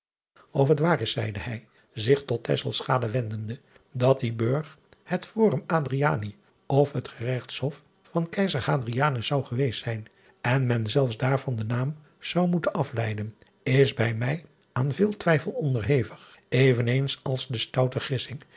f het waar is zeide hij zich tot wendende dat die urg het orum driani of het eregtshof van eizer zou geweest zijn en men zelfs daarvan den naam zou moeten afleiden is bij mij aan veel twijfel onderhevig even eens als de